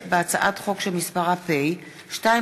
הצעת חוק לתיקון פקודת התעבורה (איסור שימוש